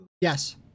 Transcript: Yes